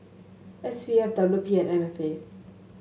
S P F W P and M F A